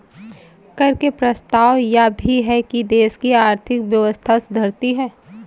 कर के प्रभाव यह भी है कि देश की आर्थिक व्यवस्था सुधरती है